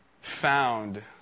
found